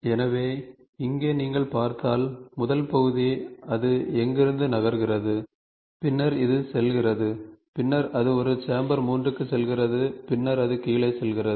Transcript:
எனவே இங்கே நீங்கள் பார்த்தால் முதல் பகுதி இது இங்கிருந்து நகர்கிறது பின்னர் இது செல்கிறது பின்னர் அது ஒரு சேம்பர் 3 க்கு செல்கிறது பின்னர் அது கீழே செல்கிறது